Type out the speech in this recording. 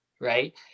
Right